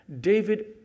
David